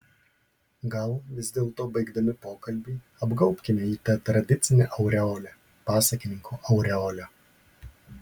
gal vis dėlto baigdami pokalbį apgaubkime jį ta tradicine aureole pasakininko aureole